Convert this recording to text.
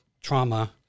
trauma